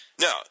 No